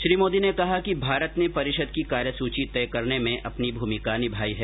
श्री मोदी ने कहा कि भारत ने परिषद की कार्यसूची तय करने में अपनी भूमिका निभाई है